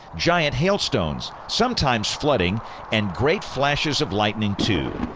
giant hailstones, sometimes flooding and great flashes of lightning, too.